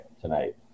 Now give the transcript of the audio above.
tonight